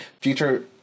future